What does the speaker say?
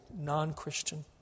non-Christian